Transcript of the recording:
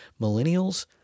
millennials